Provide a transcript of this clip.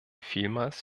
vielmals